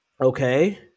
okay